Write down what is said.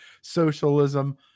socialism